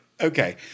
Okay